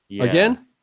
again